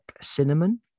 cinnamon